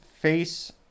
face